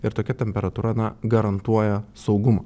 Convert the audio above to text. ir tokia temperatūra na garantuoja saugumą